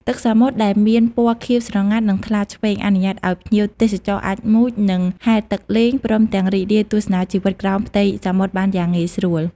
ទឹកសមុទ្រដែលមានពណ៌ខៀវស្រងាត់ និង ថ្លាឈ្វេង អនុញ្ញាតឲ្យភ្ញៀវទេសចរអាចមុជ និង ហែលទឹកលេង ព្រមទាំងរីករាយទស្សនាជីវិតក្រោមផ្ទៃសមុទ្របានយ៉ាងងាយស្រួល។